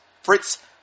Fritz